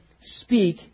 speak